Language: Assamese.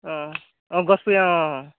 অঁ অঁ গছপুৰীয়া অঁ অঁ